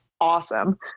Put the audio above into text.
awesome